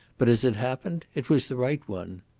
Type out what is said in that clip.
but as it happened it was the right one.